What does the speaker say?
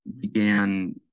began